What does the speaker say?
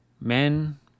Men